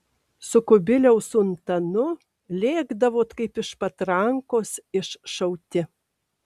su kubiliaus untanu lėkdavot kaip iš patrankos iššauti